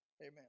Amen